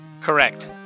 Correct